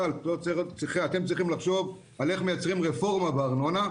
אתם צריכים לחשוב על איך מייצרים רפורמה בארנונה,